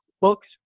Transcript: books